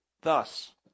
Thus